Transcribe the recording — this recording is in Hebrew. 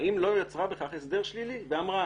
האם לא יצרה בכך הסדר שלילי ואמרה